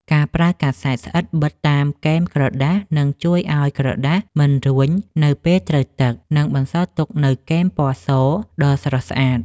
ការប្រើកាសែតស្អិតបិទតាមគែមក្រដាសនឹងជួយឱ្យក្រដាសមិនរួញនៅពេលត្រូវទឹក និង បន្សល់ទុកនូវគែមពណ៌សដ៏ស្រស់ស្អាត។